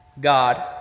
God